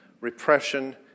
repression